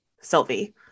Sylvie